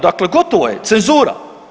Dakle, gotovo je, cenzura.